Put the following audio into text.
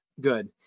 good